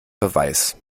beweis